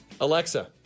Alexa